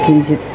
किञ्चित्